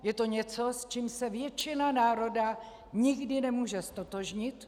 Je to něco, s čím se většina národa nikdy nemůže ztotožnit.